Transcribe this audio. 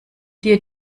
dir